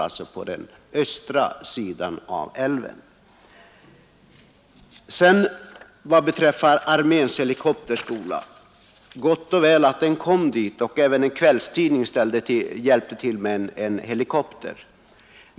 Det är gott och väl att arméns helikopterskola har medverkat till livsmedelsförsörjningen — även en kvällstidning hjälpte till med en helikopter.